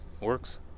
works